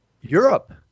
Europe